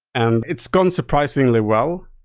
and it's gone surprisingly well.